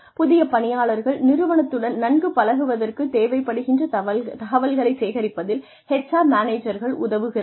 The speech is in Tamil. புதிய பணியாளர்கள் நிறுவனத்துடன் நன்கு பழகுவதற்கு தேவைப்படுகின்ற தகவல்களைச் சேகரிப்பதில் HR மேனேஜர்கள் உதவுகிறார்கள்